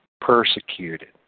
Persecuted